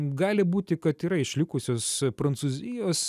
gali būti kad yra išlikusios prancūzijos